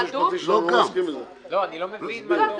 אני לא מבין מה זה אומר.